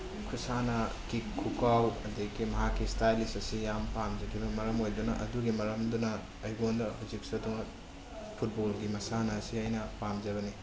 ꯈꯨꯁꯥꯟꯅ kick ꯈꯨꯀꯥꯎ ꯑꯗꯒꯤ ꯃꯍꯥꯛꯀꯤ ꯏꯁꯇꯥꯜꯂꯤꯁ ꯑꯁꯤ ꯌꯥꯝ ꯄꯥꯝꯖꯈꯤꯕ ꯃꯔꯝ ꯑꯣꯏꯗꯨꯅ ꯑꯗꯨꯒꯤ ꯃꯔꯝꯗꯨꯅ ꯑꯩꯉꯣꯟꯗ ꯍꯧꯖꯤꯛꯁꯨ ꯑꯗꯨꯝ ꯐꯨꯠꯕꯣꯜꯒꯤ ꯃꯁꯥꯟꯅ ꯑꯁꯤ ꯑꯩꯅ ꯄꯥꯝꯖꯕꯅꯤ